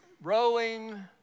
rowing